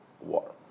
war